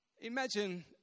Imagine